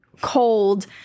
cold